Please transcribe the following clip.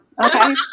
Okay